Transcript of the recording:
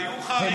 הרי היו חריגות,